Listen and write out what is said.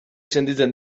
sentitzen